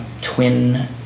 Twin